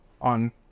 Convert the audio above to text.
on